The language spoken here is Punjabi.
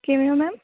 ਕਿਵੇਂ ਹੋ ਮੈਮ